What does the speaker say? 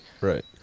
Right